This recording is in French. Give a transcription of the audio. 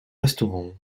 restaurant